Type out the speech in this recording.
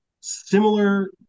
similar